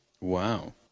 Wow